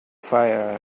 fire